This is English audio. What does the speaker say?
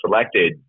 selected